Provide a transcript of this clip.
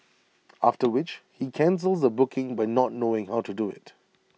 after which he cancels the booking by not knowing how to do IT